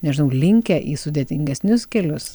nežinau linkę į sudėtingesnius kelius